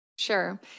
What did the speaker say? Sure